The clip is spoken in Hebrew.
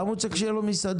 למה הוא צריך שתהיה לו מסעדה?